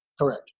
Correct